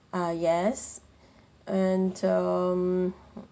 ah yes and um